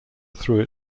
through